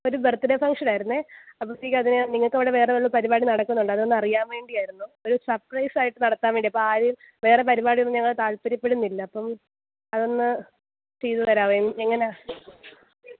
ഒരു birthday function ആയിരുന്നേ അപ്പം അതൊക്കെ അതിന് നിങ്ങൾക്ക് അവിടെ വേറെ വല്ല പരുപാടി നടക്കുന്നുണ്ടോ അതൊന്ന് അറിയാൻ വേണ്ടിയായിരുന്നു ഒരു സർപ്രൈസ് ആയിട്ട് നടത്താൻ വേണ്ടിയാണ് അപ്പം ആരും വേറെ പരിപാടി ഒന്നും ഞങ്ങൾ താല്പര്യപ്പെടുന്നില്ല അപ്പം അതൊന്ന് ചെയ്തുതരാമോ എങ്ങനെയാണ്